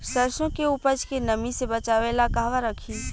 सरसों के उपज के नमी से बचावे ला कहवा रखी?